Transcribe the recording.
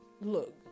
look